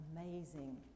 amazing